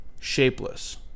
shapeless